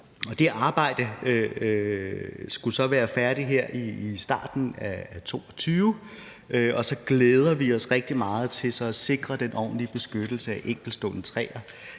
Det arbejde skulle så være færdigt her i starten af 2022, og så glæder vi os rigtig meget til at sikre den ordentlige beskyttelse af enkeltstående træer